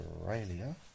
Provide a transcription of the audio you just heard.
australia